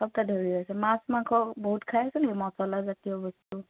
এসপ্তাহ ধৰি হৈ আছে মাছ মাংস বহুত খাই আছে নেকি মচলা জাতীয় বস্তু